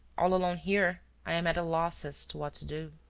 all alone here i am at a loss as to what to do.